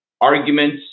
arguments